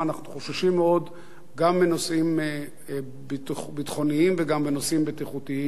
אנחנו חוששים מאוד גם בנושאים ביטחוניים וגם בנושאים בטיחותיים.